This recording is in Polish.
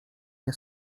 nie